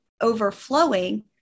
overflowing